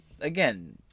again